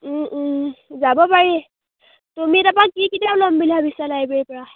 যাব পাৰি তুমি তাৰপৰা কি কিতাপ ল'ম বুলি ভাবিছা লাইব্ৰেৰীৰপৰা